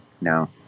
No